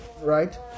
right